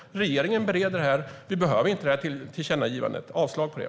Regeringen bereder frågan. Vi behöver inte det här tillkännagivandet. Jag yrkar avslag på det.